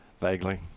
vaguely